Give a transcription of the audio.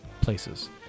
places